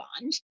bond